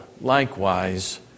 likewise